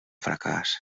fracàs